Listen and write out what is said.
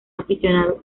aficionado